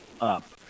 up